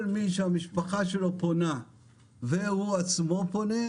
כל מי שהמשפחה שלו פונה והוא עצמו פונה,